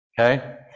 Okay